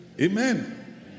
Amen